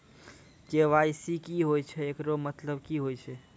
KYC की होय छै, एकरो मतलब की होय छै?